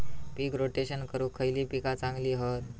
पीक rotation करूक खयली पीका चांगली हत?